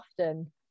often